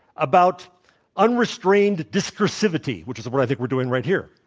about unrestrained discursivity which is what i think we're doing right here.